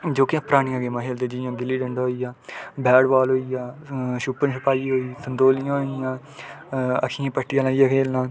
जोह्कियां परानियां गेमां खेलदे जि'यां गुल्ली डंडा होइ आ बैड बाल होइ आ छुपन छुपाइ हो संतोलियां होई आ अक्खियें ई पट्टियां लेइयै खेलना